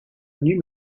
new